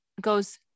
goes